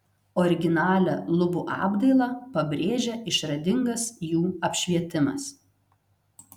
originalią lubų apdailą pabrėžia išradingas jų apšvietimas